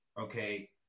okay